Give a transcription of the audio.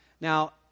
Now